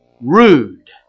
rude